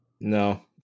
no